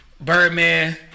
Birdman